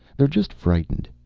they're just frightened!